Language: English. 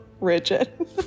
rigid